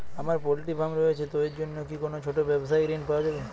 আমার poultry farm রয়েছে তো এর জন্য কি কোনো ছোটো ব্যাবসায়িক ঋণ পাওয়া যাবে?